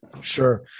sure